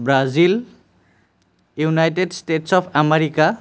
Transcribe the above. Brazil United States of America